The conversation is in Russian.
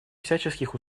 всяческих